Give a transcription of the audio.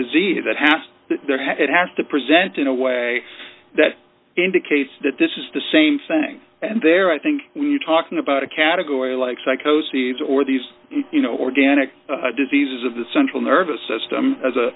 disease that has there has to present in a way that indicates that this is the same thing and there i think we're talking about a category like psychosis or these you know organic diseases of the central nervous system as a